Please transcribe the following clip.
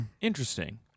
Interesting